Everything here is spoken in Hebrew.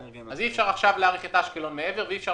אז אי אפשר עכשיו להאריך את אשקלון מעבר ואי אפשר